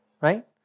Right